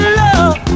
love